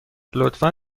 لطفا